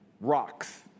rocks